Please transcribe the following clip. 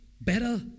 better